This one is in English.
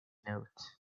note